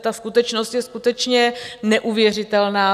Ta skutečnost je skutečně neuvěřitelná.